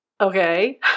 Okay